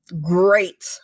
great